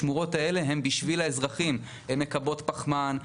השמורות האלה הן בשביל האזרחים: הן מקבעות פחמן,